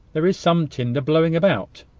there is some tinder blowing about,